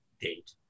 date